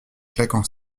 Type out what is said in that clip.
claquant